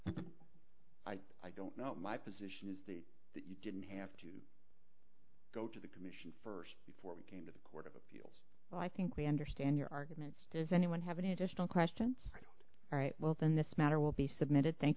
statement i don't know what my position is the that you didn't have to go to the commission first before we came to the well i think we understand your arguments does anyone have any additional questions all right well then this matter will be submitted thank